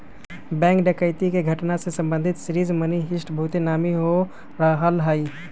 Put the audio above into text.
bank डकैती के घटना से संबंधित सीरीज मनी हीस्ट बहुते नामी हो रहल हइ